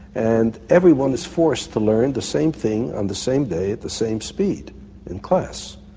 and everyone is forced to learn the same thing on the same day at the same speed in class,